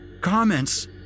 comments